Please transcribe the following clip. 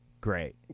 Great